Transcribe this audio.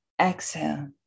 Exhale